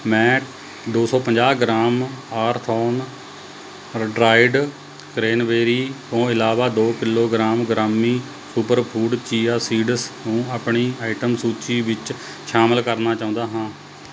ਮੈਂ ਦੋ ਸੌ ਪੰਜਾਹ ਗ੍ਰਾਮ ਆਰਥੋਨ ਡਰਾਈਡ ਕਰੈਨਬੇਰੀ ਤੋਂ ਇਲਾਵਾ ਦੋ ਕਿਲੋਗ੍ਰਾਮ ਗ੍ਰਾਮੀ ਸੁਪਰਫੂਡ ਚੀਆ ਸੀਡਜ਼ ਨੂੰ ਆਪਣੀ ਆਈਟਮ ਸੂਚੀ ਵਿੱਚ ਸ਼ਾਮਲ ਕਰਨਾ ਚਾਹੁੰਦਾ ਹਾਂ